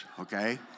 okay